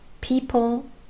people